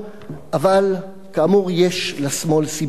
אבל כאמור, יש לשמאל סיבה לדאוג.